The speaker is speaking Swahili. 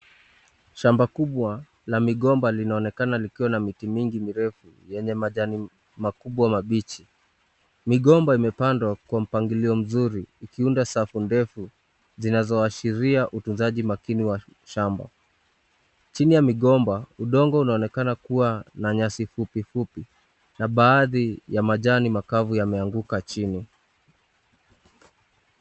Shamba kubwa la migomba linaonekana likiwa na miti mingi mirefu yenye majani makubwa mabichi, migomba imepandwa kwa mpangilio mzuri, ikiunda safu ndefu zinazo ashiria utunzaji makini wa shamba chini ya migomba udongo unaonekana kuwa na nyasi fupifupi na baadhi ya majani makavu yameanguka chini.